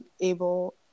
able